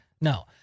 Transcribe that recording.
No